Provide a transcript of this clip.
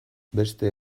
beste